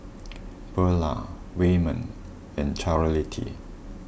Buelah Wayman and Charolette